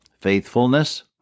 Faithfulness